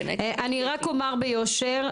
אני רק אומר ביושר,